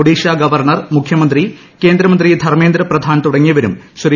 Odisha governor മുഖ്യമന്ത്രി കേന്ദ്രമന്ത്രിധർമേന്ദ്ര പ്രധാൻ തുടങ്ങിയവരും ശ്രീ